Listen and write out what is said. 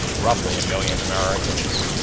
roughly a million americans,